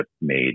made